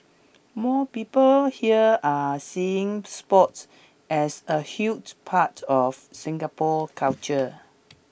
more people here are seeing sports as a huge part of Singapore's culture